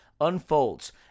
unfolds